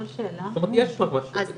זאת אומרת יש כבר משהו כזה.